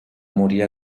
morir